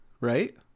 Right